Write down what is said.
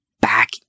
back